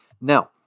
Now